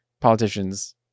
Politicians